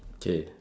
okay